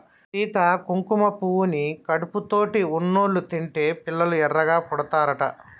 సీత కుంకుమ పువ్వుని కడుపుతోటి ఉన్నోళ్ళు తింటే పిల్లలు ఎర్రగా పుడతారట